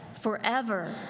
forever